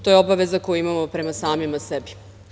To je obaveza koju imamo prema samima sebi.